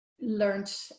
learned